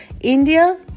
India